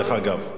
דרך אגב,